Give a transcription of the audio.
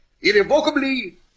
irrevocably